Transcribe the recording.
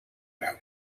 grau